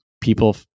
people